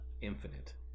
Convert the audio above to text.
Infinite